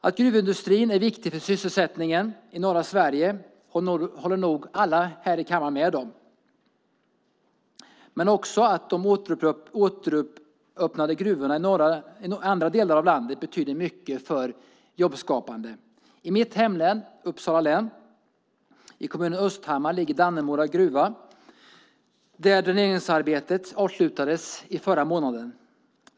Att gruvindustrin är viktig för sysselsättningen i norra Sverige håller nog alla här i kammaren med om. Men också de återöppnade gruvorna i andra delar av landet betyder mycket för jobbskapandet. I mitt hemlän, Uppsala län, i kommunen Östhammar, ligger Dannemora gruva där dräneringsarbetet avslutades i förra månaden.